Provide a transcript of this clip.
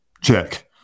check